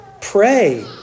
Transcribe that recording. pray